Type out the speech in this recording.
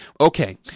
Okay